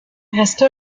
reste